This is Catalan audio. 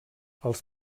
els